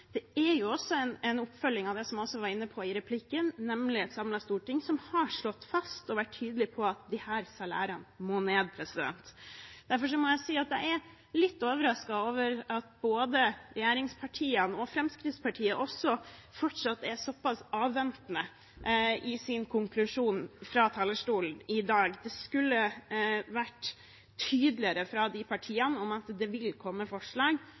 Det er også en oppfølging av det jeg var inne på i replikkvekslingen, nemlig at et samlet storting har slått fast og vært tydelig på at disse salærene må ned. Jeg må derfor si at jeg er litt overrasket over at både regjeringspartiene – og Fremskrittspartiet også – fortsatt er såpass avventende i sin konklusjon fra talerstolen i dag. Det skulle vært tydeligere fra de partiene at det snart vil komme forslag